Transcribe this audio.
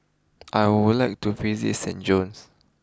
I would like to visit San Jose